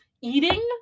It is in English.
eating